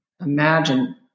Imagine